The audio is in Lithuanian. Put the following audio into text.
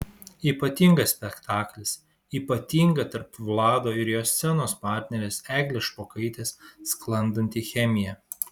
ypatingas spektaklis ypatinga tarp vlado ir jo scenos partnerės eglės špokaitės sklandanti chemija